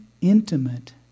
intimate